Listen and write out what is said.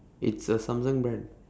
it's a samsung brand